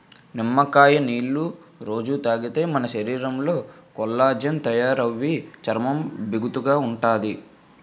నిమ్మకాయ నీళ్ళు రొజూ తాగితే మన శరీరంలో కొల్లాజెన్ తయారయి చర్మం బిగుతుగా ఉంతాది